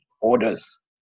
orders